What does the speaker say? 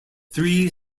three